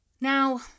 Now